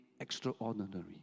extraordinary